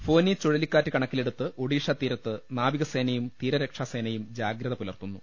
ഫോനി ചുഴലിക്കാറ്റ് കണക്കിലെടുത്ത് ഒഡീഷ തീരത്ത് നാവിക സേ നയും പ്രതീര്ർ ക്ഷാ സേ നയും ജാഗ്രത പുലർത്തുന്നു